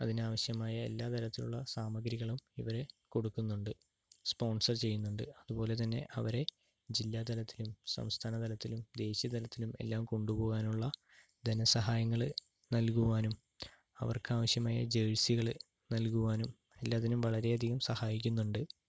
അതിനാവശ്യമായ എല്ലാ തരത്തിലുള്ള സാമഗ്രികളും ഇവർ കൊടുക്കുന്നുണ്ട് സ്പോൺസർ ചെയ്യുന്നുണ്ട് അതുപോലെ തന്നെ അവരെ ജില്ലാ തലത്തിലും സംസ്ഥാന തലത്തിലും ദേശീയ തലത്തിലും എല്ലാം കൊണ്ടു പോകാനുള്ള ധന സഹായങ്ങൾ നൽകുവാനും അവർക്കാവശ്യമായ ജേഴ്സികൾ നൽകുവാനും എല്ലാത്തിനും വളരെ അധികം സഹായിക്കുന്നുണ്ട്